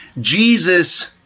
jesus